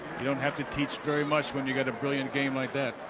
you don't have to teach very much when you get a brilliant game like that